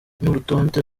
n’urutonde